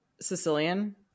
Sicilian